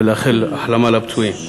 ולאחל החלמה לפצועים.